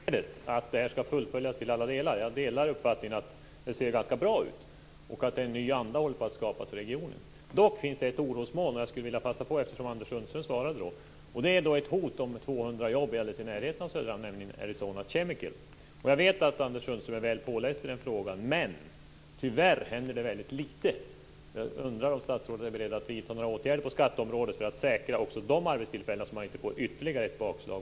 Fru talman! Jag tackar statsrådet för beskedet att det här skall fullföljas till alla delar. Jag delar uppfattningen att det ser ganska bra ut och att en nya anda håller på att skapas i regionen. Det finns dock ett orosmoln, och eftersom Anders Sundström svarade vill jag passa på att fråga om det. Det är ett hot om 200 jobb i närheten av Söderhamn, nämligen på Arizona Chemical AB. Jag vet att Anders Sundström är väl påläst i den frågan, men tyvärr händer det väldigt litet. Jag undrar om statsrådet är beredd att vidta några åtgärder på skatteområdet för att säkra också dessa arbetstillfällen, så att man inte får ytterligare ett bakslag.